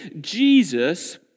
Jesus